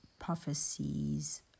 prophecies